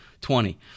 twenty